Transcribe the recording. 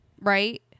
right